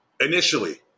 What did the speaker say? Initially